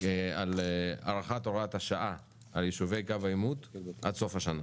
על הארכת הוראת השעה על יישובי קו העימות עד סוף השנה.